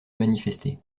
manifester